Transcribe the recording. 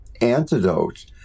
antidote